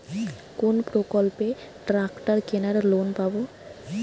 কোন প্রকল্পে ট্রাকটার কেনার লোন পাব?